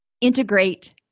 integrate